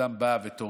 אדם בא ותורם,